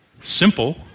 Simple